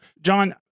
John